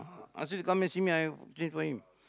uh ask him to come and see me I change for him